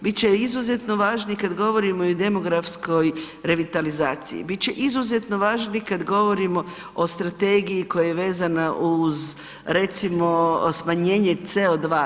Biti će izuzetno važni kad govorimo i o demografskoj revitalizaciji, biti će izuzetno važni kad govorimo o strategiji koja je vezana uz recimo smanjenje CO2.